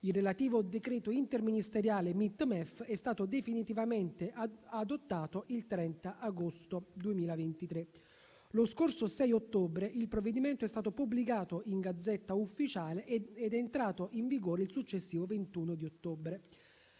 Il relativo decreto interministeriale MIT-MEF è stato definitivamente adottato il 30 agosto 2023. Lo scorso 6 ottobre il provvedimento è stato pubblicato in *Gazzetta Ufficiale* ed è entrato in vigore il successivo 21 ottobre.